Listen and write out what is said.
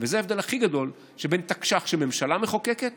זה ההבדל הכי גדול שבין תקש"ח שהממשלה מחוקקת